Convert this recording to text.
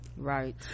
right